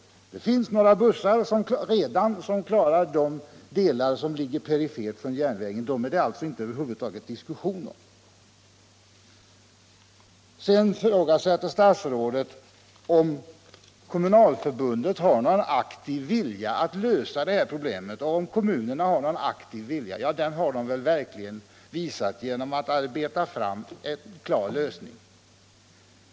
Det finns redan några busslinjer som klarar trafikförsörjningen av de samhällen som ligger perifert i förhållande till järnvägen. Dessa är det alltså över huvud taget ingen diskussion om. Sedan ifrågasätter statsrådet om Kommunalförbundet har någon aktiv vilja att lösa dessa problem. Ja, det har man väl verkligen visat genom att arbeta fram ett förslag till lösning.